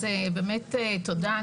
אז באמת תודה,